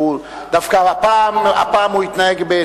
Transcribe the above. דווקא הפעם הוא התנהג בצורה פרלמנטרית,